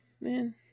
man